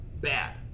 bad